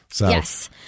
Yes